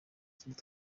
kindi